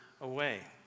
away